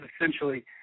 essentially